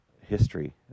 history